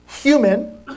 human